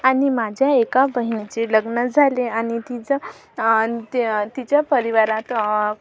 आणि माझ्या एका बहिणीचे लग्न झाले आणि तिच्या ते तिच्या परिवारात